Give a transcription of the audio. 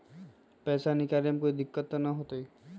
पैसा निकाले में कोई दिक्कत त न होतई?